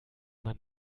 man